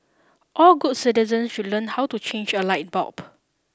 all good citizens should learn how to change a light bulb